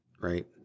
right